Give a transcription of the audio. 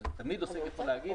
אבל תמיד עוסק יכול להגיד,